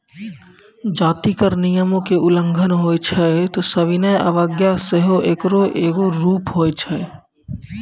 जदि कर नियमो के उल्लंघन होय छै त सविनय अवज्ञा सेहो एकरो एगो रूप होय छै